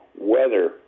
weather